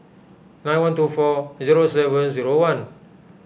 nine one two four zero seven zero one